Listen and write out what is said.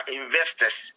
investors